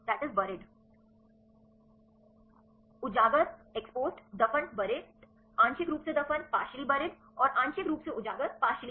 Exposed burried उजागर दफन आंशिक रूप से दफन और आंशिक रूप से उजागर सही